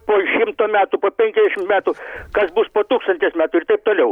po šimto metų po penkiasdešim metų kas bus po tūkstantis metų ir taip toliau